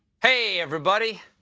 hey, everybody.